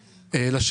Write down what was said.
זו.